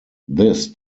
this